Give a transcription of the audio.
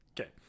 Okay